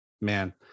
man